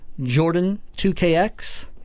Jordan2KX